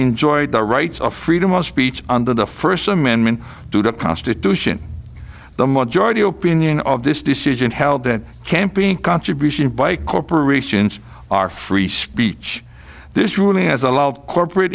enjoy the rights of freedom of speech under the first amendment to the constitution the majority opinion of this decision held that camping contributions by corporations are free speech this ruling has a lot of corporate